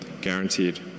guaranteed